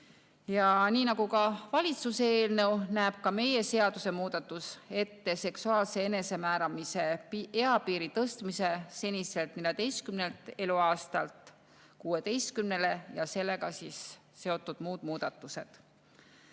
Nii nagu valitsuse eelnõu, näeb ka meie seadusemuudatus ette seksuaalse enesemääramise eapiiri tõstmise seniselt 14 eluaastalt 16‑le ja sellega seotud muud muudatused.